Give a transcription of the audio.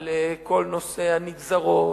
על כל נושא הנגזרות,